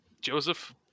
Joseph